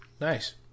Nice